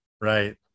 Right